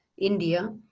India